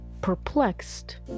perplexed